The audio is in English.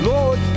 Lord